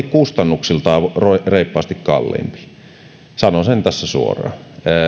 kustannuksiltaan selvästi reippaasti kalliimpi sanon sen tässä suoraan